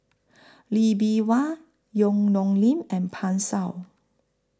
Lee Bee Wah Yong Nyuk Lin and Pan Shou